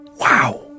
Wow